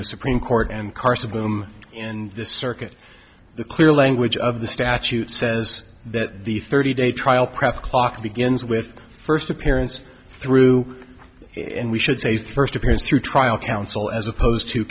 the supreme court and carson bloom in this circuit the clear language of the statute says that the thirty day trial prep clock begins with first appearance through and we should say first appearance through trial counsel as opposed to